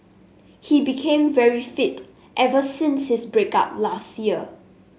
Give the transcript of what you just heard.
he became very fit ever since his break up last year